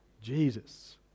Jesus